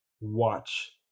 watch